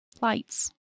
lights